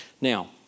Now